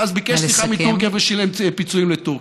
ואז ביקש סליחה מטורקיה ושילם פיצויים לטורקיה.